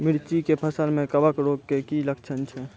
मिर्ची के फसल मे कवक रोग के की लक्छण छै?